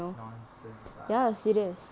nonsense lah